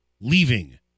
leaving